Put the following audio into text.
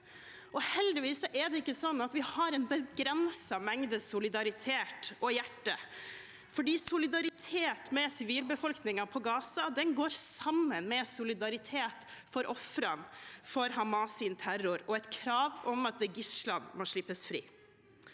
Heldigvis er det ikke sånn at vi har en begrenset mengde solidaritet og hjerte, for solidaritet med sivilbefolkningen i Gaza går sammen med solidaritet for ofrene for Hamas’ terror og et krav om at gislene må slippes fri.